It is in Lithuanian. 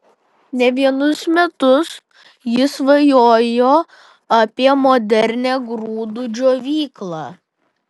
ne vienus metus jis svajojo apie modernią grūdų džiovyklą